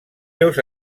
seus